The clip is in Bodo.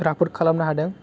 राफोद खालामनो हादों